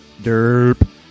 Derp